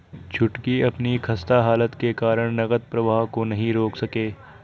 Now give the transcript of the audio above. छुटकी अपनी खस्ता हालत के कारण नगद प्रवाह को नहीं रोक सके